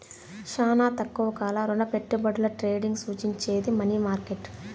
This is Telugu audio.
శానా తక్కువ కాల రుణపెట్టుబడుల ట్రేడింగ్ సూచించేది మనీ మార్కెట్